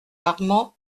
armand